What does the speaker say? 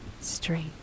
straight